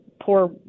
poor